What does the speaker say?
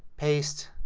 paste